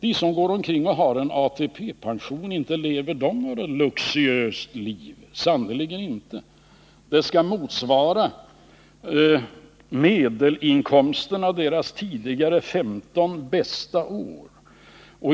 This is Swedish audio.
Inte lever de som har en ATP-pension något luxuöst liv — sannerligen inte. Pensionen skall motsvara medelinkomsten av de tidigare 15 bästa åren.